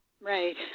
Right